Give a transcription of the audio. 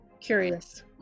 curious